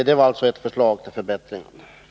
Det var alltså ett förslag till förbättring.